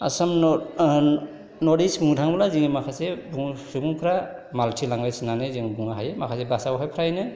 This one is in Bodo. आसाम नर्थ इस्ट बुंनो थाङोब्ला जोंनि माखासे सुबुंफ्रा माल्टि लेंगुवेज होननानै जों बुंनो हायो माखासे भाषायावहाय फ्रायनो